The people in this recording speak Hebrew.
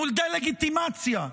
מול דה-לגיטימציה,